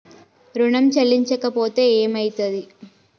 ఋణం చెల్లించకపోతే ఏమయితది?